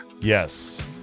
Yes